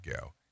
go